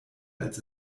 als